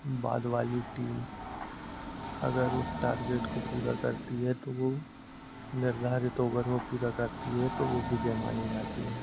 बाद वाली टीम अगर उस टारगेट को पूरा करती है तो वो निर्धारित ओवर वो पूरा करती है तो वो विजय मानी जाती है